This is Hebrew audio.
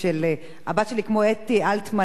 הבת שלי כמו אתי אלטמן המקומית.